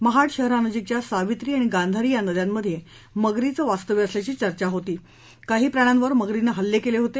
महाड शहरानजिकच्या सावित्री आणि गांधारी या नद्यांमध्ये मगरीं असल्याची चर्चा होती काही प्राण्यांवर मगरीनं हल्ले केले होते